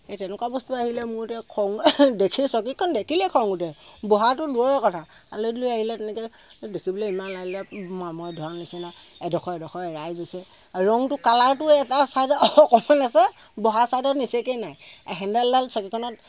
সেই তেনেকুৱা বস্তু আহিলে মোৰ এতিয়া খং দেখি চকীখন দেখিলেই খং উঠে বহাটো দূৰৰে কথা আলহী দুলহী আহিলে তেনেকৈ এই দেখিবলৈ ইমান লাজ লাগে মামৰে ধৰা নিচিনা এডোখৰ এডোখৰ এৰাই গৈছে আৰু ৰংটো কালাৰটো এটা ছাইডে অকণমান আছে বহা ছাইডত নিচেকৈয়ে নাই হেণ্ডেলডাল চকীখনত